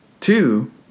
Two